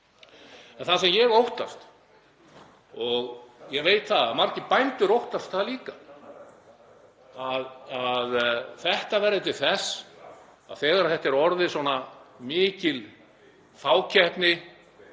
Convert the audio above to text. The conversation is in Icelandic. En það sem ég óttast, og ég veit að margir bændur óttast það líka, er að þegar þetta er orðin svona mikil fákeppni